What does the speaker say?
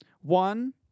One